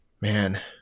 Man